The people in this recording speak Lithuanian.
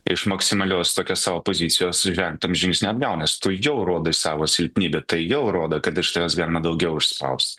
iš maksimalios tokios savo pozicijos žengtum žingsnį atgal nes tu jau rodai savo silpnybę tai jau rodo kad iš tavęs galima daugiau išspaust